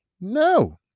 No